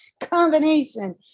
combination